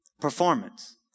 Performance